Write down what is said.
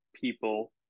people